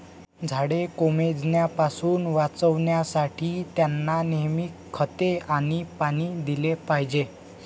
झाडे कोमेजण्यापासून वाचवण्यासाठी, त्यांना नेहमी खते आणि पाणी दिले पाहिजे